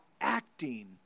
acting